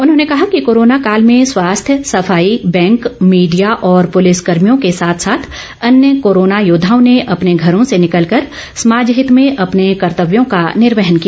उन्होंने कहा कि कोरोना काल में स्वास्थ्य सफाई बैंक मींडिया और पुलिस कर्भियों के साथ साथ अन्य कोरोना योद्वाओं ने अपने घरों से निकल कर समाज हित में अपने कर्तव्यों का निर्वहन किया